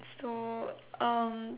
so um